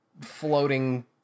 floating